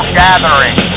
gathering